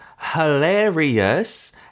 hilarious